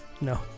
No